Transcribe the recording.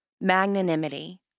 magnanimity